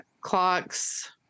clocks